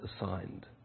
assigned